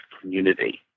community